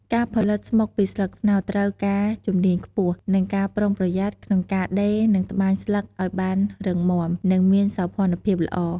ការផលិតស្មុកពីស្លឹកត្នោតត្រូវការជំនាញខ្ពស់ និងការប្រុងប្រយ័ត្នក្នុងការដេរនិងត្បាញស្លឹកឲ្យបានរឹងមាំ និងមានសោភណភាពល្អ។